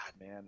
man